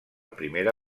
primera